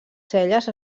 celles